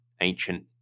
ancient